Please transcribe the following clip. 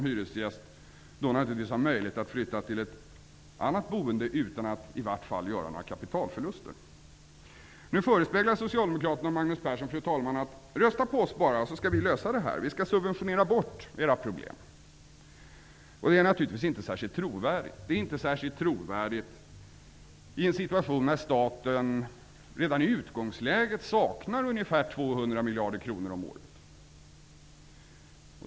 Hyresgästen har möjlighet att flytta till annat boende utan att göra några kapitalförluster. Nu förespeglar Socialdemokraterna och Magnus Persson: Rösta på oss, så skall vi lösa det här. Vi skall subventionera bort era problem. Det är naturligtvis inte särskilt trovärdigt i en situation där staten redan i utgångsläget saknar ungefär 200 miljarder kronor om året.